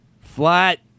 flat